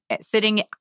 sitting